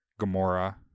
Gamora